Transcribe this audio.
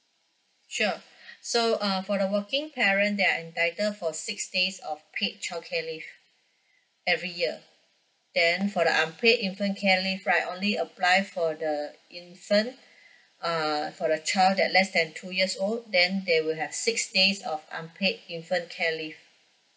sure so uh for the working parent they're entitle for six days of paid childcare leave every year then for the unpaid infant care leave right only apply for the infant err for the child that less than two years old then they will have six days of unpaid infant care leave